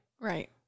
Right